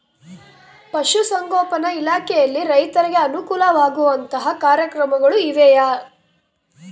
ಪಶುಸಂಗೋಪನಾ ಇಲಾಖೆಯಲ್ಲಿ ರೈತರಿಗೆ ಅನುಕೂಲ ಆಗುವಂತಹ ಕಾರ್ಯಕ್ರಮಗಳು ಇವೆಯಾ?